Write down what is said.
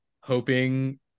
hoping